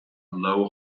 low